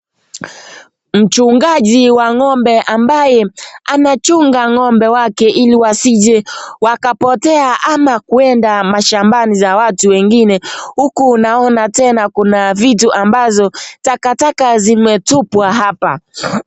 Mchungaji wa ng'ombe ambaye anachunga ng'ombe wake ili wasije wakapotea ama kwenda mashambani za watu wengine huku naona tena kuna vitu ambazo takataka zimetupwa hapa.